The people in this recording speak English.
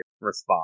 response